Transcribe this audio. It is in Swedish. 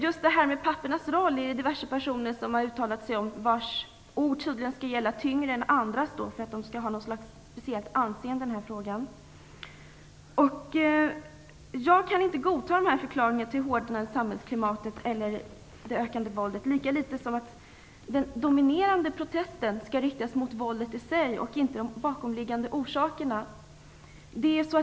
Om pappornas roll har diverse personer uttalat sig, vars ord tydligen skall väga tyngre än andras, eftersom de menas ha ett speciellt anseende när det gäller denna fråga. Jag kan inte godta de här förklaringarna till det hårdnande samhällsklimatet och det ökande våldet, inte heller att den dominerande protesten bör riktas mot våldet i sig och inte mot de bakomliggande orsakerna.